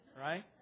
right